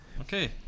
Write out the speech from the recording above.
okay